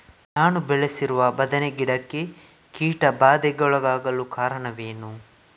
ನಾನು ಬೆಳೆಸಿರುವ ಬದನೆ ಗಿಡಕ್ಕೆ ಕೀಟಬಾಧೆಗೊಳಗಾಗಲು ಕಾರಣವೇನು?